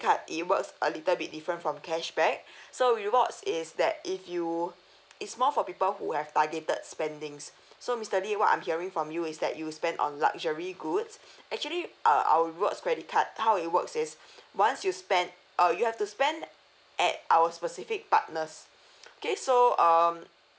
card it works a little bit different from cashback so rewards is that if you it's more for people who have targeted spendings so mister lee what I'm hearing from you is that you spend on luxury good actually uh our rewards credit card how it works is once you spend uh you have to spend at our specific partners okay so um